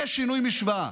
זה שינוי משוואה.